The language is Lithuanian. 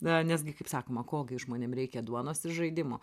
na nes gi kaip sakoma ko gi žmonėm reikia duonos ir žaidimų